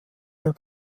der